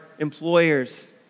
Employers